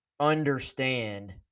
understand